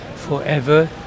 forever